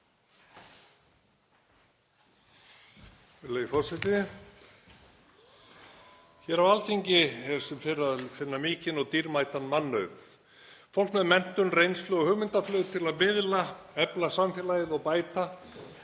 Hér á Alþingi er sem fyrr að finna mikinn og dýrmætan mannauð, fólk með menntun, reynslu og hugmyndaflug til að miðla, efla samfélagið og bæta,